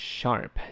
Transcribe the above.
Sharp